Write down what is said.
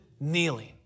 kneeling